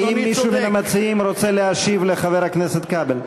האם מישהו מן המציעים רוצה להשיב לחבר הכנסת כבל?